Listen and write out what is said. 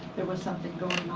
there was something going